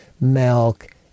milk